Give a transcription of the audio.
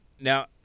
Now